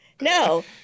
No